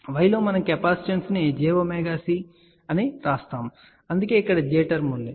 y లో మనం కెపాసిటెన్స్ను jωC అని వ్రాస్తాము సరే అందుకే ఇక్కడ j టర్మ్ ఉంది